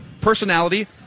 Personality